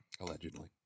Allegedly